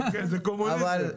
כן, זה קומוניזם.